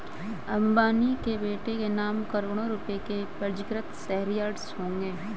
अंबानी के बेटे के नाम करोड़ों रुपए के पंजीकृत शेयर्स होंगे